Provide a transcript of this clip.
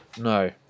No